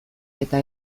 eta